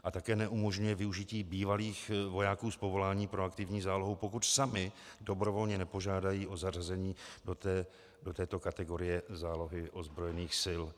A také neumožňuje využití bývalých vojáků z povolání pro aktivní zálohu, pokud sami dobrovolně nepožádají o zařazení do této kategorie zálohy ozbrojených sil.